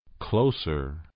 closer